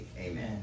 Amen